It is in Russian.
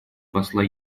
посла